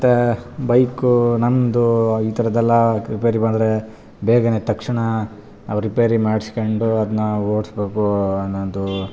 ಮತ್ತು ಬೈಕು ನಂದು ಈ ಥರದೆಲ್ಲ ರಿಪೇರಿ ಬಂದರೆ ಬೇಗನೆ ತಕ್ಷಣ ನಾವು ರಿಪೇರಿ ಮಾಡ್ಸಿಕೊಂಡು ಅದನ್ನ ಓಡಿಸ್ಬೇಕು ಅನ್ನೋದು